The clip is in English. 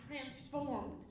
transformed